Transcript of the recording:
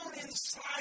inside